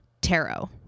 tarot